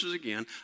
again